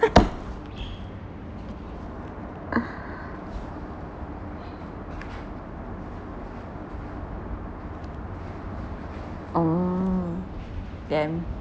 oh damn